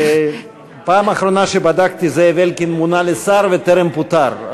בפעם האחרונה שבדקתי זאב אלקין מונה לשר וטרם פוטר,